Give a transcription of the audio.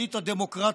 הישראלית הדמוקרטית,